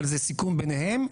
אבל זה סיכום ביניהם,